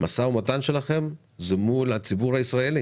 המו"מ שלכם הוא מול הציבור הישראלי